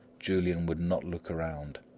julian would not look around.